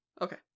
Okay